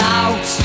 out